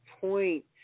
point